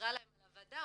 מסבירה להם על הוועדה,